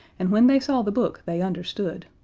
and when they saw the book they understood,